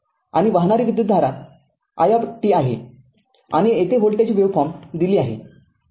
आणि वाहणारी विद्युतधारा i आहे आणि येथे व्होल्टेज वेव्हफॉर्म दिली आहे